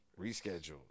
rescheduled